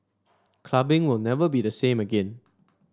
clubbing will never be the same again